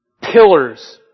pillars